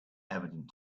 evident